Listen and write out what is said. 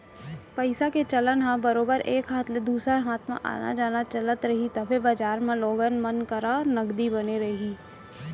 पइसा के चलन ह बरोबर एक हाथ ले दूसर हाथ म आना जाना चलत रही तभे बजार म लोगन मन करा नगदी बने रही